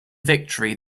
victory